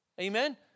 Amen